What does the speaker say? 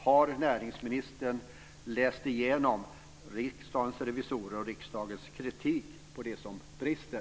Har näringsministern läst igenom vad Riksdagens revisorer och riksdagen säger i sin kritik om det som brister?